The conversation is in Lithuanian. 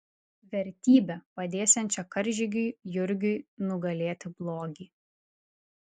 vertybe padėsiančia karžygiui jurgiui nugalėti blogį